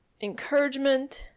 encouragement